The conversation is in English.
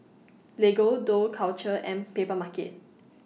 Lego Dough Culture and Papermarket